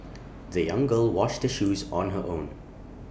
the young girl washed her shoes on her own